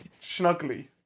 snuggly